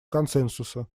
консенсуса